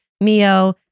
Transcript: Mio